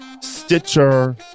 Stitcher